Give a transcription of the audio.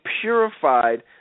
purified